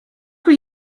were